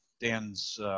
Dan's